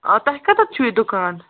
آ تۄہہِ کَتیتھ چھُو یہِ دُکان